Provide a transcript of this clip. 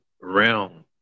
realm